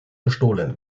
gestohlen